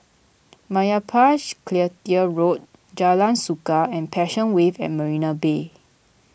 Meyappa Road Jalan Suka and Passion Wave at Marina Bay